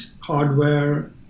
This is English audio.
hardware